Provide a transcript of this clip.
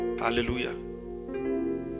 Hallelujah